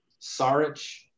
Sarich